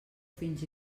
fins